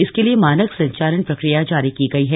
इसके लिए मानक संचालन प्रक्रिया जारी की गई है